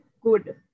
good